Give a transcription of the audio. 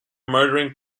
murdering